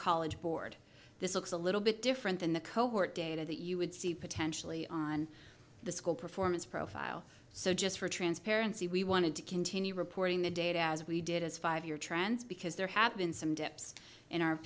college board this looks a little bit different than the cohort data that you would see potentially on the school performance profile so just for transparency we wanted to continue reporting the data as we did as five year trends because there have been some dips in our